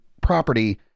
property